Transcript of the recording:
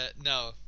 no